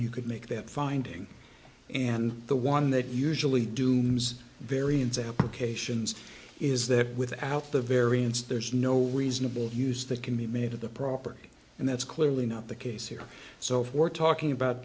you could make that finding and the one that usually dooms varian's applications is that without the variance there's no reasonable use that can be made to the property and that's clearly not the case here so if we're talking about